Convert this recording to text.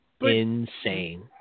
insane